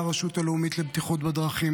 מהרשות הלאומית לבטיחות בדרכים,